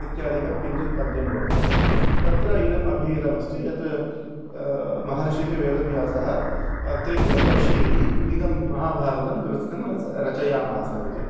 इत्यादिकं किञ्चित् पद्यं वर्तते तत्र इदम् अभिहितमस्ति यत् महर्षिः वेदव्यासः त्रिभिर्वर्षैः इदं महाभारतं कृत्स्नं रच रचयामास इति